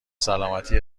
سلامتی